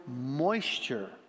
moisture